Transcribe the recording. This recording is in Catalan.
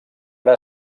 ara